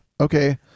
Okay